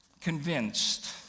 convinced